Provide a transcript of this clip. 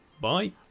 bye